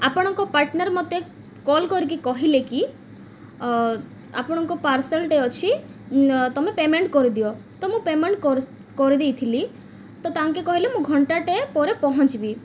ଆପଣଙ୍କ ପାର୍ଟନର୍ ମୋତେ କଲ୍ କରିକି କହିଲେ କି ଆପଣଙ୍କ ପାର୍ସଲ୍ଟେ ଅଛି ତୁମେ ପେମେଣ୍ଟ କରିଦିଅ ତ ମୁଁ ପେମେଣ୍ଟ କରିଦେଇଥିଲି ତ ତାଙ୍କେ କହିଲେ ମୁଁ ଘଣ୍ଟାଟେ ପରେ ପହଞ୍ଚିବି